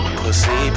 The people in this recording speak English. pussy